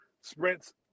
Sprint's